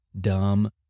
dumb